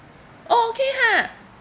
oh okay ha